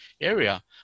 area